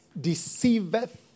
Deceiveth